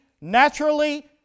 naturally